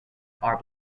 are